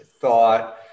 thought